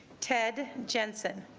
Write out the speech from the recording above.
ted jensen